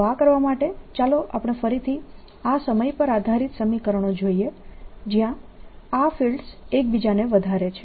તો આ કરવા માટે ચાલો આપણે ફરીથી આ સમય પર આધારીત સમીકરણો જોઈએ જયાં આ ફિલ્ડ્સ એક બીજાને વધારે છે